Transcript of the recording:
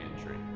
Entry